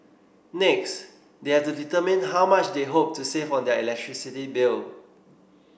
next they have to determine how much they hope to save on their electricity bill